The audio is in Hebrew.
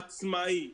עצמאי,